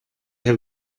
have